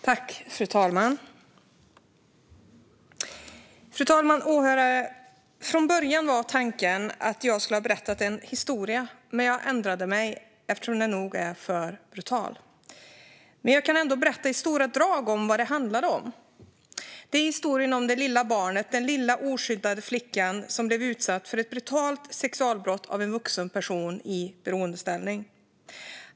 Fru talman! Åhörare! Min tanke var att berätta en historia. Men jag ändrade mig, eftersom den nog är för brutal. Men jag kan ändå berätta i stora drag vad den handlade om. Det är historien om det lilla barnet, den lilla oskyddade flickan, som blev utsatt för ett brutalt sexualbrott av en vuxen person gentemot vilken hon var i beroendeställning.